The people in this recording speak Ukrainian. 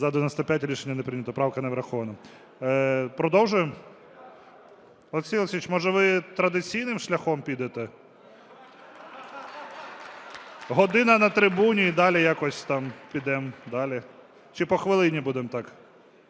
За-95 Рішення не прийнято. Правка не врахована. Продовжуємо? Олексію Олексійовичу, може, ви традиційним шляхом підете: година на трибуні і далі якось там підемо далі, чи по хвилині будемо так...